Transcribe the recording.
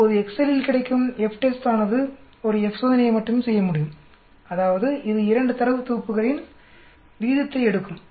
இப்போது எக்செல் இல் கிடைக்கும் FTEST ஆனது ஒரு F சோதனையை மட்டும் செய்ய முடியும் அதாவது இது 2 தரவு தொகுப்புகளின் விகிதத்தை எடுக்கும்